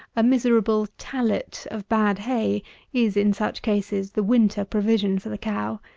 a miserable tallet of bad hay is, in such cases, the winter provision for the cow.